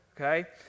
Okay